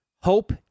Hope